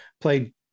Played